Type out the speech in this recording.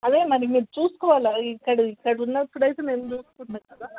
అదే మరి మీరు చూసుకోవాల ఇక్కడ ఇక్కడ ఉన్నప్పుడు అయితే మేము చేసుకుంటాము కదా